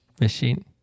Machine